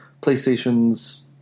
PlayStation's